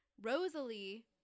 Rosalie